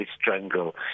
strangle